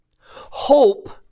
Hope